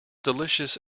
delicious